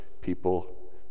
people